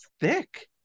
thick